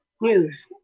News